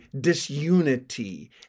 disunity